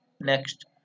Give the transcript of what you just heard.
Next